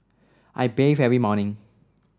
I bathe every morning